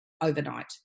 overnight